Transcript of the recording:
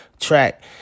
track